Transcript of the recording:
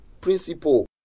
principle